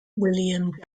william